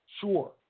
Sure